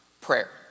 prayer